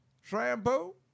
Shampoo